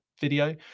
video